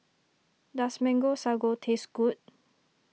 does Mango Sago taste good